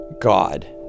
God